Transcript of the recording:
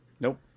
Nope